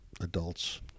adults